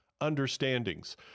Understandings